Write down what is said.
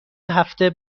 هفته